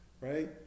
right